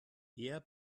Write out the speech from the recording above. eher